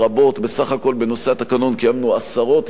בסך הכול בנושא התקנון קיימנו עשרות ישיבות,